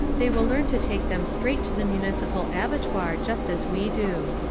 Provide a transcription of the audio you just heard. they will learn to take them straight to the municipal abattoir just as we do.